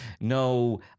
no